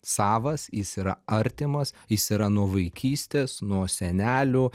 savas jis yra artimas jis yra nuo vaikystės nuo senelių